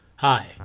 Hi